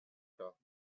how